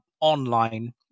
online